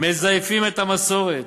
מזייפים את המסורת,